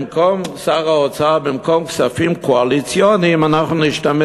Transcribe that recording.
במקום כספים קואליציוניים אנחנו נשתמש